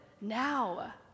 now